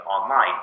online